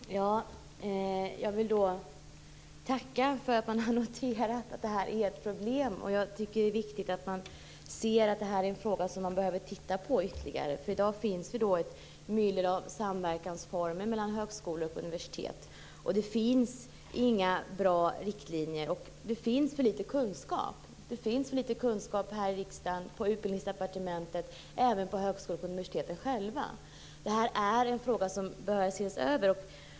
Fru talman! Jag vill tacka för att man har noterat att detta är ett problem. Jag tycker att det är viktigt att man ser att det här är en fråga som man behöver titta ytterligare på. I dag finns ett myller av samverkansformer som tillämpas av högskolor och universitet. Det finns inga bra riktlinjer, och det finns för litet kunskap. Det finns för litet kunskap här i riksdagen, på Utbildningsdepartementet och även på universiteten och högskolorna själva. Det här är en fråga som bör ses över.